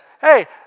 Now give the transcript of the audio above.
hey